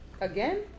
Again